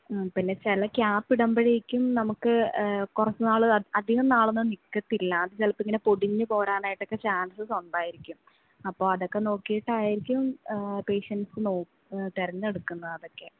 ഉം പിന്നെ ചില ക്യാപ് ഇടുമ്പോഴേക്കും നമുക്ക് കുറച്ച് നാൾ അധികം നാളൊന്നും നിൽക്കത്തില്ല അത് ചിലപ്പോൾ ഇങ്ങനെ പൊടിഞ്ഞ് പോരാനായിട്ടൊക്കെ ചാൻസസ് ഉണ്ടായിരിക്കും അപ്പോൾ അതൊക്കെ നോക്കിയിട്ടായിരിക്കും പേഷ്യൻസ് നോ തിരഞ്ഞെടുക്കുന്നത് അതൊക്കെ